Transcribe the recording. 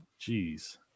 Jeez